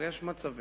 אבל יש מצבים